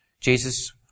Jesus